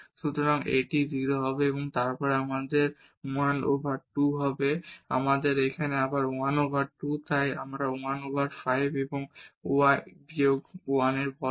সুতরাং এটি 0 হবে এবং তারপর আমাদের 1 ওভার 2 হবে আবার এখানে আমাদের 1 ওভার 2 তাই 1 ওভার 5 এবং y বিয়োগ 1 বর্গ